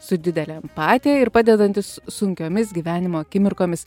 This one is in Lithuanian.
su didele empatija ir padedantis sunkiomis gyvenimo akimirkomis